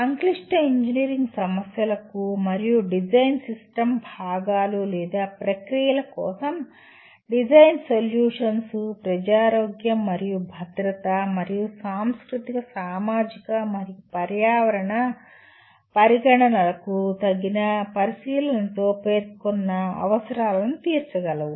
సంక్లిష్ట ఇంజనీరింగ్ సమస్యలకు మరియు డిజైన్ సిస్టమ్ భాగాలు లేదా ప్రక్రియల కోసం డిజైన్ సొల్యూషన్స్ ప్రజారోగ్యం మరియు భద్రత మరియు సాంస్కృతిక సామాజిక మరియు పర్యావరణ పరిగణనలకు తగిన పరిశీలనతో పేర్కొన్న అవసరాలను తీర్చగలవు